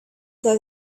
that